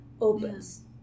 opens